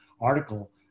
article